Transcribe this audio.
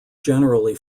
generally